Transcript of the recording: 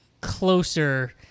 closer